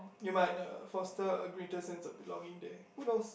you might uh foster a greater sense of belonging there who knows